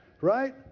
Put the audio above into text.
right